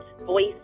voice